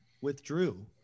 withdrew